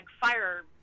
fire